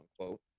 unquote